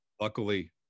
Luckily